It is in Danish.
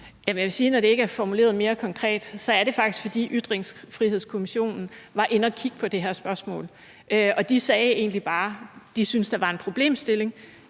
når det ikke er formuleret mere konkret, er det faktisk, fordi Ytringsfrihedskommissionen var inde at kigge på det her spørgsmål, og de sagde egentlig bare, at de syntes, der var en problemstilling,